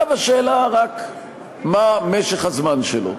ועכשיו השאלה רק מה משך הזמן שלו.